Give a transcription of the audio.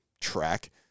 track